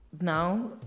now